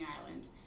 Island